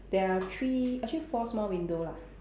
there are three actually four small window lah